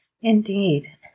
Indeed